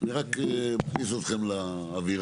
אני רק מכניס אתכם לאווירה.